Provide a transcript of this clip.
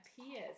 appears